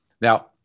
Now